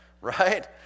right